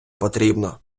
потрібно